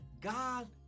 God